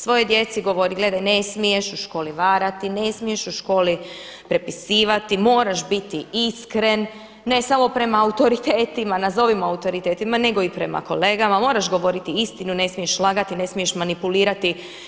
Svojoj djeci govori gledaj ne smiješ u školi varati, ne smiješ u školi prepisivati, moraš biti iskren ne samo prema autoritetima nazovimo autoritetima nego i prema kolegama, moraš govoriti istinu, ne smiješ lagati, ne smiješ manipulirati.